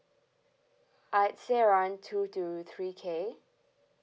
I'd say around two to three K